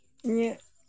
ᱤᱧᱟᱹᱜ